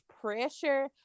pressure